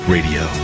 Radio